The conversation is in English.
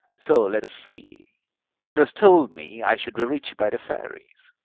so, let's see it was told me i should be rich by the fairies